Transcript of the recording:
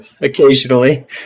occasionally